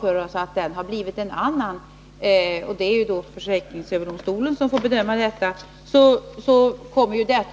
Om tillämpningen har varit en annan — det är ju försäkringsöverdomstolen som bedömer den saken — så kommer det